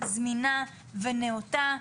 זמינה ונאותה,